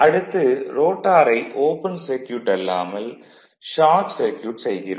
அடுத்து ரோட்டாரை open circuit அல்லாமல் ஷார்ட் சர்க்யூட் செய்கிறோம்